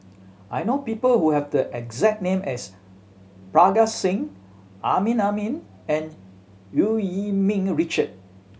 I know people who have the exact name as Parga Singh Amrin Amin and Eu Yee Ming Richard